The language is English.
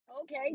Okay